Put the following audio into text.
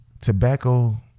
tobacco